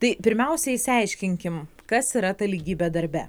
tai pirmiausia išsiaiškinkim kas yra ta lygybė darbe